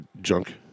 junk